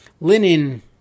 linen